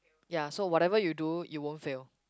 ya so whatever you do you won't fail